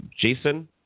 Jason –